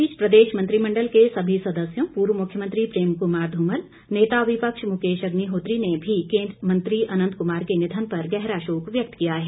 इस बीच प्रदेश मंत्रिमंडल के सभी सदस्यों पूर्व मुख्यमंत्री प्रेम कुमार धूमल नेता विपक्ष मुकेश अग्निहोत्री ने भी केंद्रीय मंत्री अंनत कुमार के निधन पर गहरा शोक व्यक्त किया है